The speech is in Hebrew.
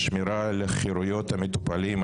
השמירה על חירויות המטופלים,